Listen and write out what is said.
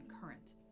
current